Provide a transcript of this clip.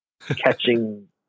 catching